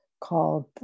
called